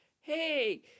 hey